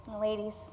ladies